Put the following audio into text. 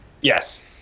Yes